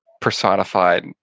personified